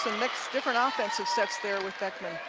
different offensive sets there with beckman.